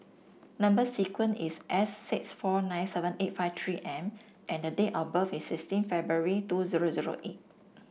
number sequence is S six four nine seven eight five three M and date of birth is sixteen February two zero zero eight